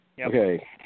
Okay